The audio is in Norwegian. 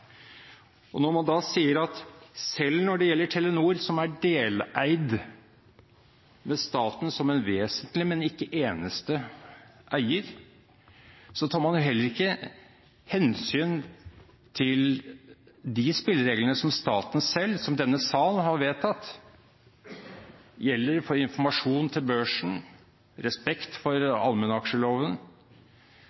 på. Når man sier at det gjelder Telenor – som er deleid, med staten som en vesentlig, men ikke eneste eier – tar man heller ikke hensyn til de spillereglene som staten selv, som denne sal, har vedtatt gjelder for informasjon til børsen og respekt for